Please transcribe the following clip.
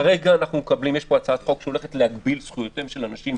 כרגע יש פה הצעת חוק שהולכת להגביל זכויותיהם של אנשים,